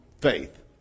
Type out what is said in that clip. faith